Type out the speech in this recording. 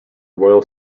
royal